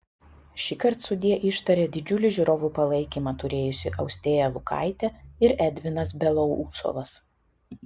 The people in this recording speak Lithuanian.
šįkart sudie ištarė didžiulį žiūrovų palaikymą turėjusi austėja lukaitė ir edvinas belousovas